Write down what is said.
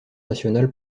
nationale